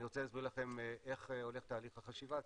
אני רוצה להסביר לכם איך הולך תהליך החשיבה,